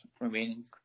remaining